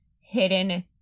hidden